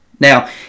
Now